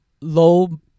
low